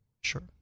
Sure